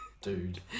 Dude